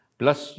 plus